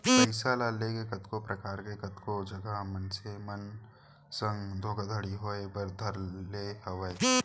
पइसा ल लेके कतको परकार के कतको जघा मनसे मन संग धोखाघड़ी होय बर धर ले हावय